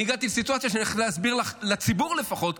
אני הגעתי לסיטואציה שאני הולך להסביר לציבור לפחות,